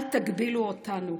אל תגבילו אותנו.